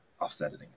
offsetting